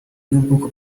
n’ubwoko